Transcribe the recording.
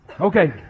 Okay